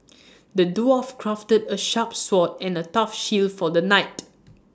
the dwarf crafted A sharp sword and A tough shield for the knight